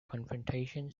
confrontation